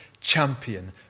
champion